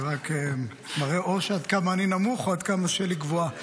זה רק מראה או עד כמה אני נמוך או עד כמה שלי גבוהה.